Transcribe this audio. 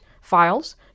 files